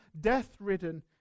death-ridden